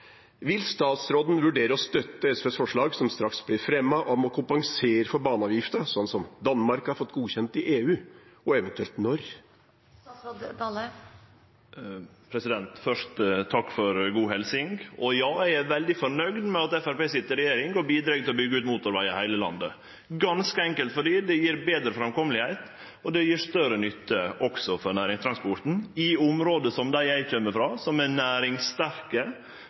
Vil statsråden vurdere å støtte SVs forslag, som straks blir fremmet, om å kompensere for baneavgiften – slik som Danmark har fått godkjent i EU – og eventuelt når? Først: Takk for ei god helsing. Ja, eg er veldig fornøgd med at Framstegspartiet sit i regjering og bidreg til å byggje ut motorvegar i heile landet. Det er ganske enkelt fordi det gjev betre framkomelegheit, og det gjev større nytte, også for næringstransporten i område som det eg kjem ifrå, som er